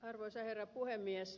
arvoisa herra puhemies